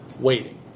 waiting